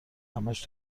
همش